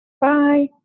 Bye